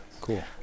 cool